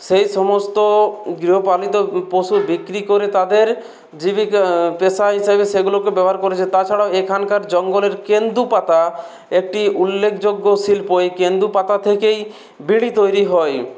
সেই সমস্ত গৃহপালিত প পশু বিক্রি করে তাদের জীবিকা পেশা হিসাবে সেগুলোকে ব্যবহার করেছে তাছাড়াও এখানকার জঙ্গলের কেন্দু পাতা একটি উল্লেখযোগ্য শিল্প এই কেন্দুপাতা থেকেই বিড়ি তৈরি হয়